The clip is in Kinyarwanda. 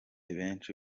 benshi